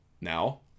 Now